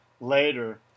later